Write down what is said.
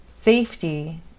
safety